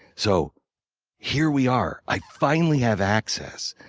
so here we are. i finally have access.